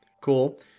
Cool